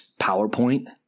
PowerPoint